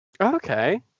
Okay